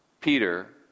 Peter